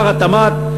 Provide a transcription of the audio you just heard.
שר התמ"ת,